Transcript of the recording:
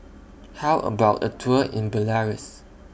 How about A Tour in Belarus